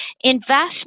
Investment